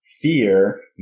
fear